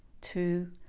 two